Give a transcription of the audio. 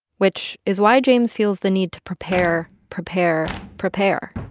which is why james feels the need to prepare, prepare, prepare.